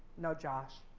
no, josh.